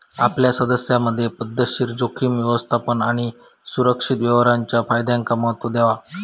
आपल्या सदस्यांमधे पध्दतशीर जोखीम व्यवस्थापन आणि सुरक्षित व्यवहाराच्या फायद्यांका महत्त्व देवा